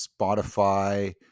Spotify